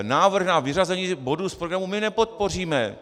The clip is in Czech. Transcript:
Návrh na vyřazení bodu z programu my nepodpoříme.